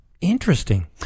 Interesting